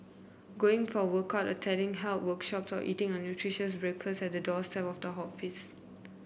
going for a workout attending health workshops or eating a nutritious breakfast at the doorstep of the office